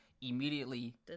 immediately